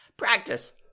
practice